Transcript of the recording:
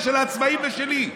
של העצמאים ושלי.